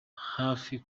hafi